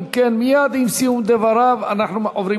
אם כן, מייד עם סיום דבריו אנחנו עוברים